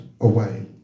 away